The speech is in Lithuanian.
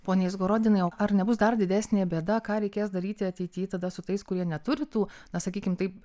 pone izgorodinai ar nebus dar didesnė bėda ką reikės daryti ateity tada su tais kurie neturi tų na sakykim taip